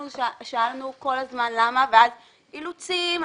אנחנו שאלנו כל הזמן למה ואז נאמר אילוצים,